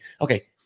okay